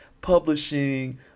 publishing